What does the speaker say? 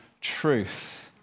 truth